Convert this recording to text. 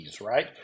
right